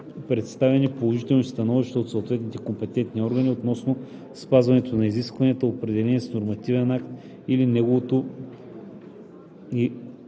представени положителни становища от съответните компетентни органи относно спазване на изискванията, определени с нормативен акт за новото